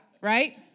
right